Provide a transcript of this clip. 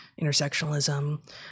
intersectionalism